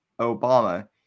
Obama